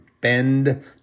bend